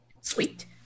sweet